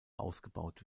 ausgebaut